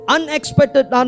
Unexpected